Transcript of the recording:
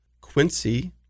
Quincy